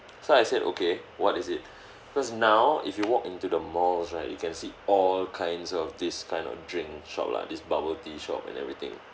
so I said okay what is it because now if you walk into the malls right you can see all kinds of this kind of drink shop lah this bubble tea shop and everything